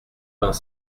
vingt